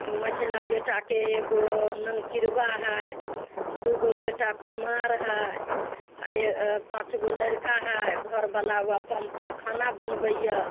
मझिला बेटाकेँ एगो ननकिरबा हइ दूगो बेटा कुमार हइ आ पाँच गो लड़का हइ घरवला उएह पम्पपर खाना बनबैए